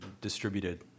distributed